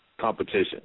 competition